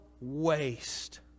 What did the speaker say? waste